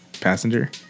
Passenger